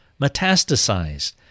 metastasized